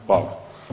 Hvala.